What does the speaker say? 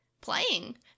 Playing